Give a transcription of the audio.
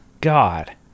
God